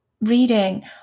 Reading